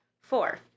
Four